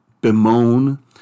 bemoan